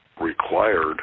required